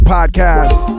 Podcast